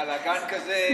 שבלגן כזה,